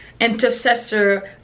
intercessor